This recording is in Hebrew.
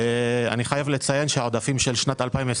העודפים של 22'